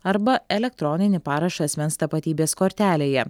arba elektroninį parašą asmens tapatybės kortelėje